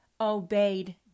obeyed